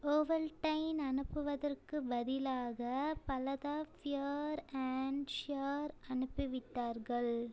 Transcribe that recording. Ovaltine அனுப்புவதற்கு பதிலாக பலதா ப்யூர் அண்ட் ஷுர் அனுப்பிவிட்டார்கள்